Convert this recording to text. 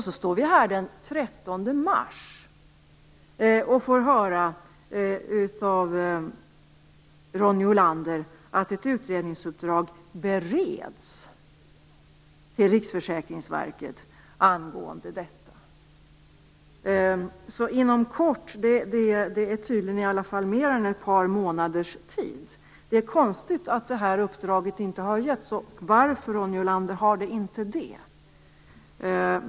Så står vi här den 13 mars och får höra av Ronny Olander att ett utredningsuppdrag till Riksförsäkringsverket bereds angående denna fråga. "Inom kort" är tydligen mer än ett par månaders tid. Det är konstigt att uppdraget inte har givits. Varför har det inte det, Ronny Olander?